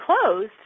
closed